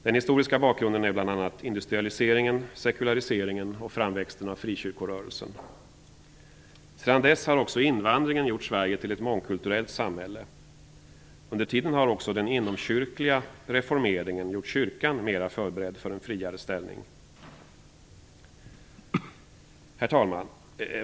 Den historiska bakgrunden är bl.a. industrialiseringen, sekulariseringen och framväxten av frikyrkorörelsen. Sedan dess har också invandringen gjort Sverige till ett mångkulturellt samhälle. Under tiden har också den inomkyrkliga reformeringen gjort kyrkan mer förberedd för en friare ställning. Herr talman!